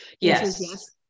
yes